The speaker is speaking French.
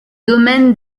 domaine